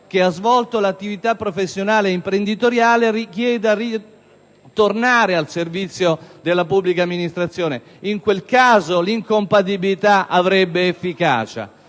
che ha svolto l'attività professionale e imprenditoriale, richieda di tornare al servizio della pubblica amministrazione. In quel caso l'incompatibilità avrebbe efficacia.